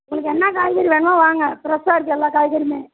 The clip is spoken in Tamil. உங்களுக்கு என்ன காய்கறி வேணுமோ வாங்க ஃப்ரெஷா இருக்குது எல்லா காய்கறியும்